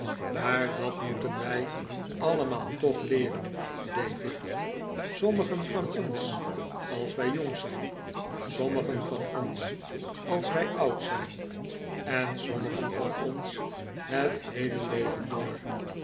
maar dat moeten wij allemaal toch leeren david sommigen van ons als wij jong zijn sommigen van ons als wij oud zijn en sommigen van ons het heele leven door